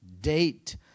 date